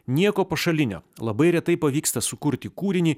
nieko pašalinio labai retai pavyksta sukurti kūrinį